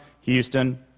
Houston